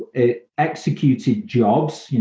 it executed jobs.